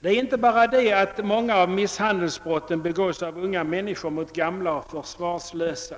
Det är inte bara det att många av misshandelsbrotten begås av unga människor mot gamla och försvarslösa.